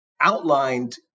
outlined